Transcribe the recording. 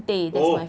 oh